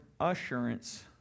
assurance